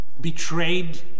betrayed